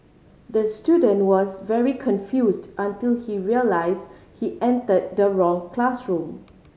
the student was very confused until he realise he enter the wrong classroom